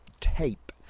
tape